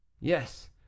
yes